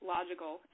Logical